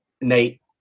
Nate